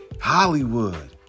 Hollywood